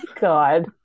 God